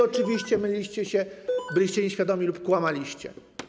Oczywiście myliliście się, byliście nieświadomi lub kłamaliście.